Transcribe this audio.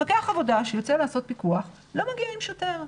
מפקח עבודה שיוצא לעשות פיקוח לא מגיע עם שוטר.